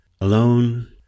Alone